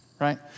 right